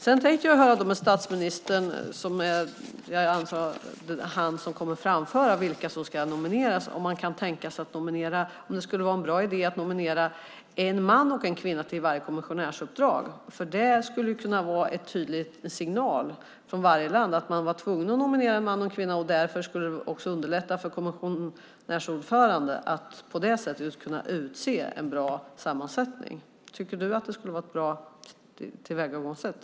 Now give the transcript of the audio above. Jag tänkte också fråga statsministern, eftersom han väl är den som kommer att framföra vilka som ska nomineras, om det vore en bra idé att nominera en man och en kvinna till varje kommissionärsuppdrag. Det skulle kunna vara en tydlig signal till varje land att man är tvungen att nominera en man och en kvinna. Det skulle också underlätta för kommissionärsordföranden att få en bra sammansättning. Tycker du att det skulle vara ett bra tillvägagångssätt?